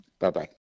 Bye-bye